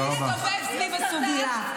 שמסתובב סביב הסוגיה.